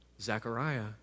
Zechariah